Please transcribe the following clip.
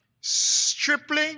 stripling